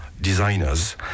designers